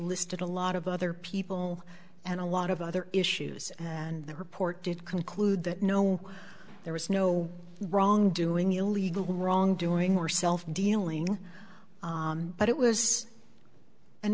listed a lot of other people and a lot of other issues and the report did conclude that no there was no wrongdoing illegal wrongdoing or self dealing but it was an